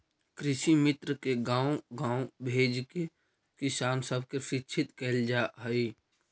कृषिमित्र के गाँव गाँव भेजके किसान सब के शिक्षित कैल जा हई